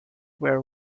where